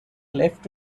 left